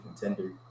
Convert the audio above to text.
contender